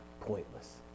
pointless